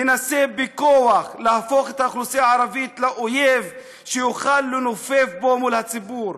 מנסה בכוח להפוך את האוכלוסייה הערבית לאויב שיוכל לנופף בו מול הציבור.